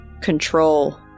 control